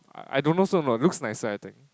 I I don't know so or not not looks nicer I think